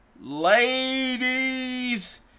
ladies